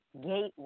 gateway